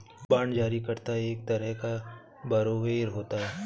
bond जारी करता एक तरह का बारोवेर होता है